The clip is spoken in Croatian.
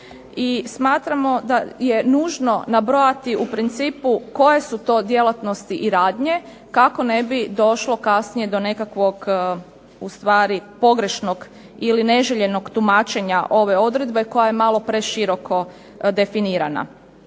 I smatramo da je nužno nabrojati u principu koje su to djelatnosti i radnje kako ne bi došlo kasnije do nekakvog ustvari pogrešnog ili neželjenog tumačenja ove odredbe koja je malo preširoko definirana.